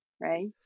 right